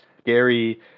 scary